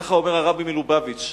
כך אומר הרבי מלובביץ'.